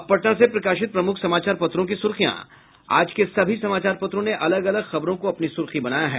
अब पटना से प्रकाशित प्रमुख समाचार पत्रों की सुर्खियां आज के सभी समाचारों पत्रों ने अलग अलग सुर्खी बनायी है